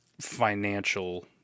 financial